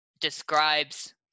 describes